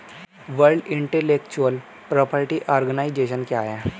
World intellectual property organisation क्या है?